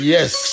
Yes